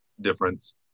difference